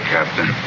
Captain